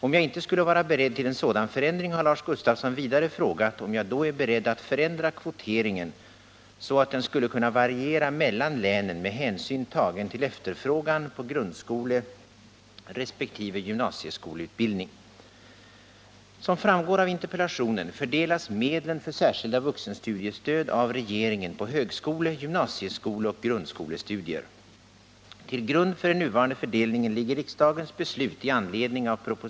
Om jag inte skulle vara beredd till en sådan förändring vill Lars Gustafsson vidare fråga om jag då är beredd att förändra kvoteringen, så att den skulle kunna variera mellan länen med hänsyn tagen till efterfrågan på grundskoleresp. gymnasieskoleutbildning.